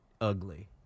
ugly